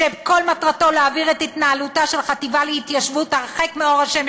שכל מטרתו להעביר את התנהלותה של החטיבה להתיישבות הרחק מאור השמש,